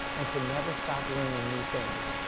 and to never stop learning new things.